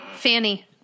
Fanny